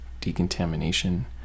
decontamination